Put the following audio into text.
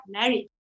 married